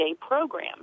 program